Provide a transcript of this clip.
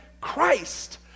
Christ